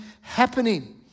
happening